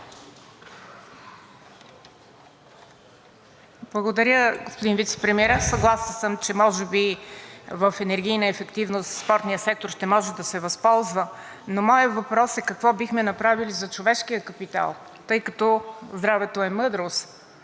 Благодаря, господин Вицепремиер. Съгласна съм, че може би в „Eнергийна ефективност“ спортният сектор ще може да се възползва, но моят въпрос е: какво бихме направили за човешкия капитал, тъй като здравето е мъдрост,